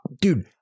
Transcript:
Dude